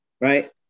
Right